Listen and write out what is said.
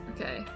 okay